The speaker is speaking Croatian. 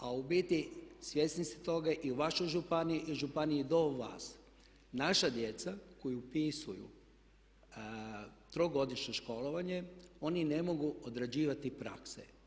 A u biti svjesni ste toga i u vašoj županiji i županiji do vas, naša djeca koji upisuju trogodišnje školovanje oni ne mogu odrađivati prakse.